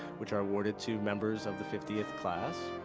which are awarded to members of the fiftieth class.